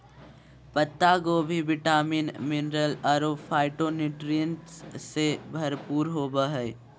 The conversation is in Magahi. पत्ता गोभी विटामिन, मिनरल अरो फाइटोन्यूट्रिएंट्स से भरपूर होबा हइ